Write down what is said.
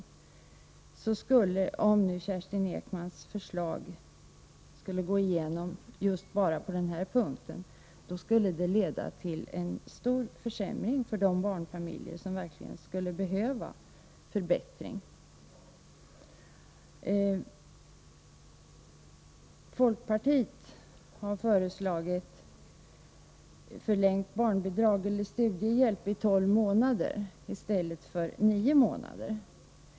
Om Kerstin Ekmans förslag skulle gå igenom på bara den här punkten, skulle det leda till en stor försämring för de barnfamiljer som verkligen skulle behöva en förbättring. Folkpartiet har föreslagit förlängt barnbidrag eller studiehjälp i tolv månader i stället för nio månader.